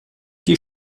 die